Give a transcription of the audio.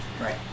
Right